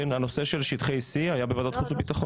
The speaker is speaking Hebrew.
כן, הנושא של שטחי C היה בחוץ וביטחון.